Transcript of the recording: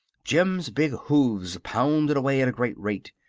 jim's big hoofs pounded away at a great rate,